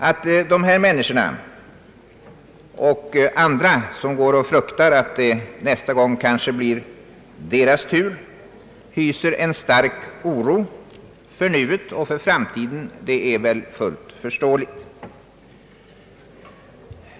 Att dessa människor och andra som fruktar att nästa gång stå i tur hyser en stark oro för nuet och framtiden är fullt förståeligt.